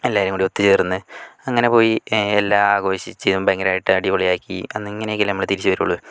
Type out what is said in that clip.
എല്ലാവരും കൂടി ഒത്തുചേർന്ന് അങ്ങനെ പോയി എല്ലാം ആഘോഷിച്ച് ഭയങ്കരമായിട്ട് അടിപൊളിയാക്കി ഇങ്ങനെയൊക്കെയല്ലേ നമ്മൾ തിരിച്ചു വരികയുള്ളൂ